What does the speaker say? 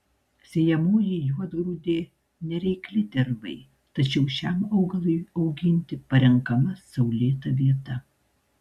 sėjamoji juodgrūdė nereikli dirvai tačiau šiam augalui auginti parenkama saulėta vieta